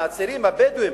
הצעירים הבדואים,